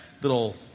little